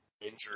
injured